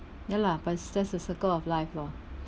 ya la but it's just a circle of life lor